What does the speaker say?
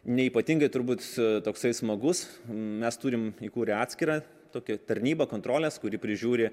neypatingai turbūt toksai smagus mes turim įkūrę atskirą tokią tarnybą kontrolės kuri prižiūri